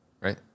Right